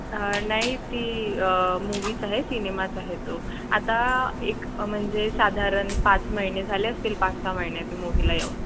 नाही ती मूव्हीच आहे सिनेमाच आहे तो आता एक म्हणजे साधारण पाच महिने झाले असतील पाच सहा महिने त्या मूव्हीला येऊन